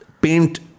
paint